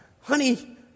honey